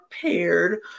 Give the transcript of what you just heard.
prepared